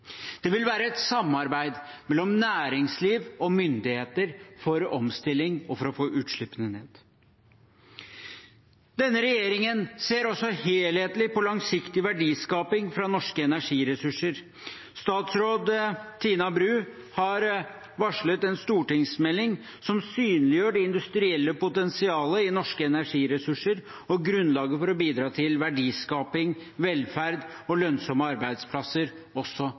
Det vil være et samarbeid mellom næringsliv og myndigheter for omstilling og for å få utslippene ned. Denne regjeringen ser også helhetlig på langsiktig verdiskaping fra norske energiressurser. Statsråd Tina Bru har varslet en stortingsmelding som synliggjør det industrielle potensialet i norske energiressurser og grunnlaget for å bidra til verdiskaping, velferd og lønnsomme arbeidsplasser også